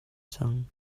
cang